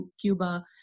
Cuba